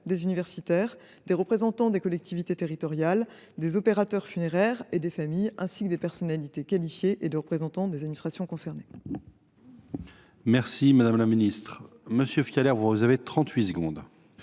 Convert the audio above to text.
des universitaires, des représentants des collectivités territoriales, des opérateurs funéraires et des familles, ainsi que des personnalités qualifiées et des représentants des administrations concernées. La parole est à M. Bernard Fialaire, pour la réplique.